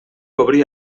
obrir